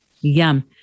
Yum